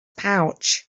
pouch